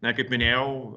na kaip minėjau